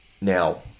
Now